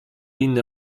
inne